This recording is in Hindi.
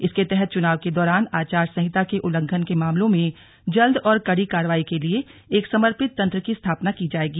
इसके तहत चुनाव के दौरान आचार संहिता के उल्लंघन के मामलों में जल्द और कड़ी कार्रवाई के लिए एक समर्पित तंत्र की स्थापना की जाएगी